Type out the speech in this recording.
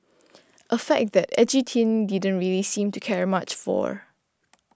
a fact that Edgy Teen didn't really seem to care much for